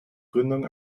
gründung